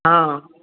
हॅं